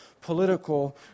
political